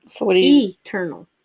Eternal